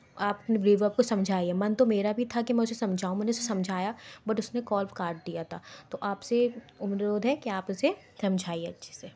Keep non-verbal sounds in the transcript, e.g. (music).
अपने (unintelligible) को समझाइए मन तो मेरा भी था कि मैं उसे समझाऊँ मुझे उसे समझाया बट उसने कॉल काट दिया था तो आपसे अनुरोध है क्या आप उसे समझाइए अच्छे से